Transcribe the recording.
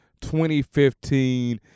2015